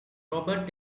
robert